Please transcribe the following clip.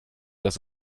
dass